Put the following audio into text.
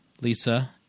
Lisa